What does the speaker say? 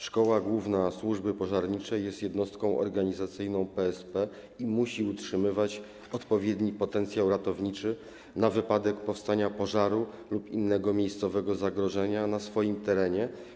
Szkoła Główna Służby Pożarniczej jest jednostką organizacyjną PSP i musi utrzymywać odpowiedni potencjał ratowniczy na wypadek powstania pożaru lub innego miejscowego zagrożenia na swoim terenie.